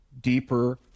deeper